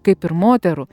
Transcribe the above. kaip ir moterų